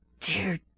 dear